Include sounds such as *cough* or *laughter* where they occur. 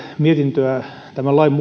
mietintöä erityisesti tämän lain *unintelligible*